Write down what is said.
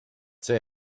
see